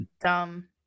dumb